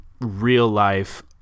real-life